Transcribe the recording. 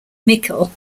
michel